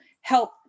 help